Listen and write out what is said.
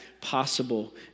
possible